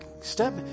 Step